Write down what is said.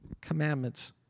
commandments